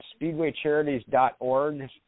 speedwaycharities.org